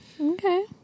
Okay